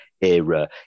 era